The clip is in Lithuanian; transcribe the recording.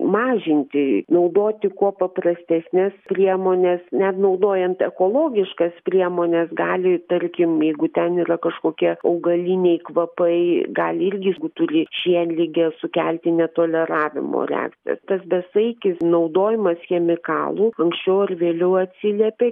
mažinti naudoti kuo paprastesnes priemones net naudojant ekologiškas priemones gali tarkim jeigu ten yra kažkokie augaliniai kvapai gali irgi jeigu turi šienligę sukelti netoleravimo reakcijas tas besaikis naudojimas chemikalų anksčiau ar vėliau atsiliepia